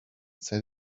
set